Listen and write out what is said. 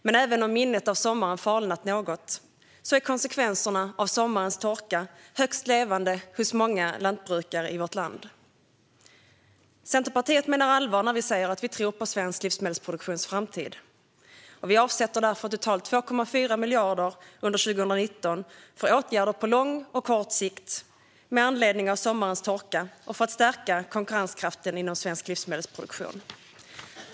Men även om minnet av sommaren falnat något är konsekvenserna av sommarens torka högst levande hos många lantbrukare i vårt land. Vi i Centerpartiet menar allvar när vi säger att vi tror på svenskt lantbruks framtid, och vi avsätter därför totalt 2,4 miljarder kronor under 2019 för åtgärder på lång och kort sikt med anledning av sommarens torka och för att stärka konkurrenskraften inom svensk livsmedelsproduktion.